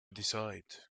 decide